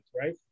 right